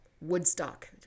Woodstock